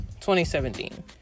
2017